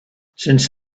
since